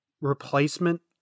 replacement